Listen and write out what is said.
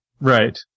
Right